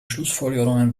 schlussfolgerungen